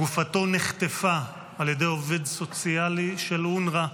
גופתו נחטפה על ידי עובד סוציאלי של אונר"א,